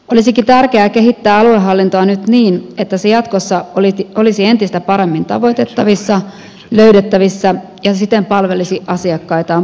olisikin tärkeää kehittää aluehallintoa nyt niin että se jatkossa olisi entistä paremmin tavoitettavissa löydettävissä ja siten palvelisi asiakkaitaan paremmin